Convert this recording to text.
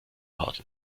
hart